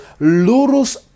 lurus